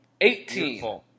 Eighteen